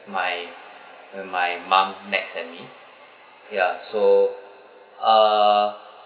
my when my mum nags at me ya so uh